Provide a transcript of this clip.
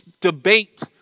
debate